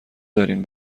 دارین